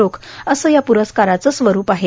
रोख असं या प्रस्काराचं स्वरूप आहे